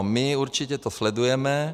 My určitě to sledujeme.